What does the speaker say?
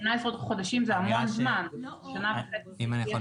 18 חודשים זה המון זמן, אפשר